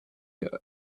der